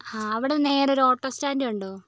ആ അവിടെ നേരെ ഒരു ഓട്ടോ സ്റ്റാന്റ് കണ്ടോ